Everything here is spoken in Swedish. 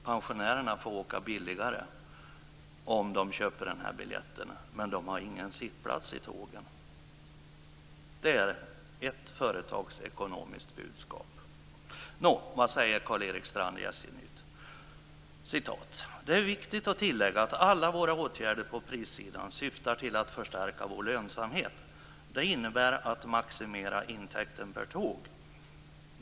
Pensionärerna får åka billigare om de köper biljett med den här rabatten, men de får ingen sittplats i tågen. Det är ett företagsekonomiskt budskap. Nåväl, vad säger då Karl-Erik Strand i SJ-nytt? "Det är viktigt att tillägga att alla våra åtgärder på prissidan syftar till att förstärka vår lönsamhet. Det innebär att maximera intäkten per tåg.